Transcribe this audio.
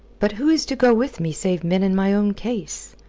but who is to go with me save men in my own case?